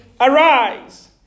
Arise